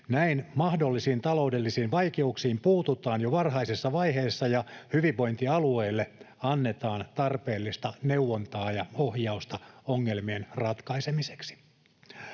Näin mahdollisiin taloudellisiin vaikeuksiin puututaan jo varhaisessa vaiheessa ja hyvinvointialueille annetaan tarpeellista neuvontaa ja ohjausta ongelmien ratkaisemiseksi.